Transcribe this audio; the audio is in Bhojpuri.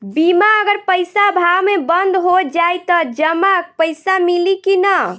बीमा अगर पइसा अभाव में बंद हो जाई त जमा पइसा मिली कि न?